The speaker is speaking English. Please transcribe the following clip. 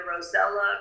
Rosella